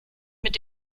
mit